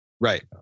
Right